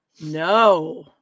No